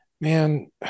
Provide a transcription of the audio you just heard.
man